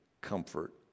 comfort